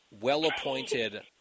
well-appointed